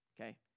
okay